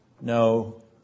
No